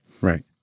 Right